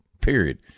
period